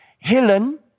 Helen